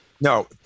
no